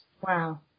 Wow